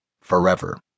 Forever